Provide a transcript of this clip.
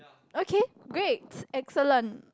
okay great excellent